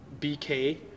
BK